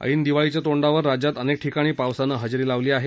ऐन दिवाळीच्या तोंडावर राज्यात अनेक ठिकाणी पावसानं हजेरी लावली आहे